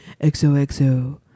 XOXO